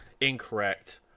incorrect